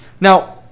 Now